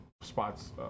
spots